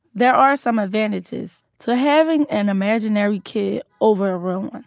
there are some advantages to having an imaginary kid over a real one.